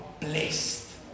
blessed